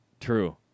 True